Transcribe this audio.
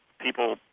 people